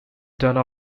turned